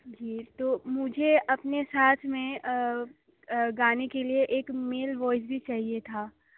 जी तो मुझे अपने साथ में गाने के लिए एक मेल वॉइस भी चाहिए था